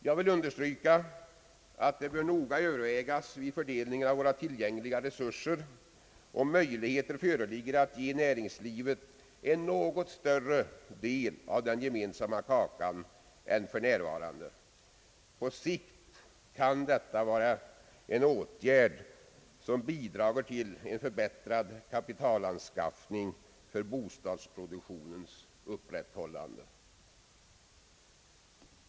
Jag vill understryka, att det noga bör övervägas vid fördelningen av våra tillgängliga resurser, om möjligheter föreligger att ge näringslivet en något större del av den gemensamma kakan än för närvarande. På sikt kan detta vara en åtgärd som bidrar till en förbättrad kapitalanskaffning för bostadsproduktionens upprätthållande.